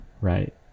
right